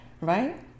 right